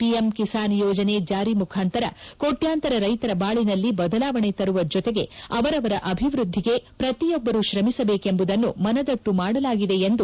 PM Kisan ಯೋಜನೆ ಜಾರಿ ಮುಖಾಂತರ ಕೋಟ್ಯಂತರ ರೈತರ ಬಾಳಿನಲ್ಲಿ ಬದಲಾವಣೆ ತರುವ ಜೊತೆಗೆ ಅವರವರ ಅಭಿವೃದ್ದಿಗೆ ಪ್ರತಿಯೊಬ್ಬರು ಶ್ರಮಿಸಬೇಕೆಂಬುದನ್ನು ಮನದಟ್ಟು ಮಾಡುವುದಾಗಿದೆ ಎಂದು ಹೇಳಿದರು